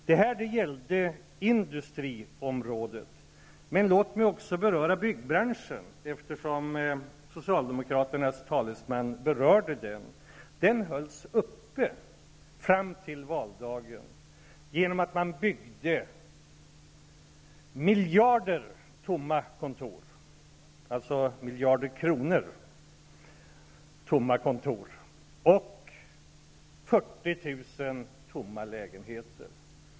Detta gällde industriområdet. Men låt mig också beröra byggbranschen, eftersom socialdemokraternas talesman tog upp den frågan. Byggbranschen hölls uppe fram till valdagen genom att man byggde kontor för miljarder kronor som sedan stod tomma och likaså 40 000 lägenheter.